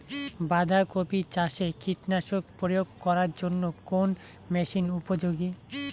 বাঁধা কপি চাষে কীটনাশক প্রয়োগ করার জন্য কোন মেশিন উপযোগী?